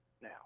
now